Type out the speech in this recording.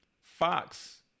Fox